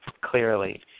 Clearly